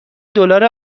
دلار